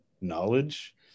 knowledge